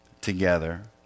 together